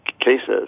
cases